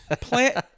Plant